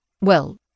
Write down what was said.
Well